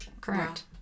correct